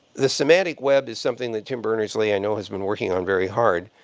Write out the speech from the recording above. the semantic web is something that tim berners-lee i know has been working on very hard.